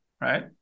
right